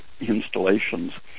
installations